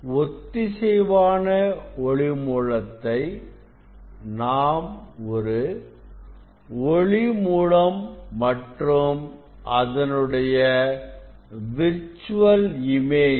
ஒத்திசைவான ஒளி மூலத்தை நாம் ஒரு ஒளி மூலம்மற்றும் அதனுடைய விர்ச்சுவல் இமேஜ்